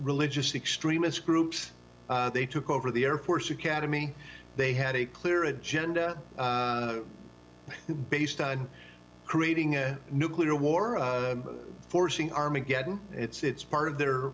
religious extremist groups they took over the air force academy they had a clear agenda based on creating a nuclear war forcing armageddon it's part of their